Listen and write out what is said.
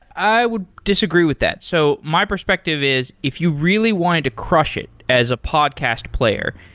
i would disagree with that. so my perspective is if you really wanted to crush it as a podcast player,